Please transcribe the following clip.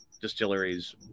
distilleries